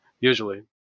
usually